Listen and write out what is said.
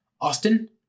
Austin